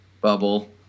bubble